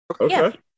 Okay